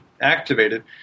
activated